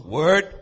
word